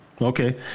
okay